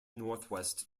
northwest